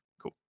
Cool